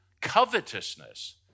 covetousness